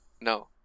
No